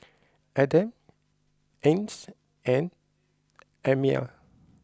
Adam Ain and Ammir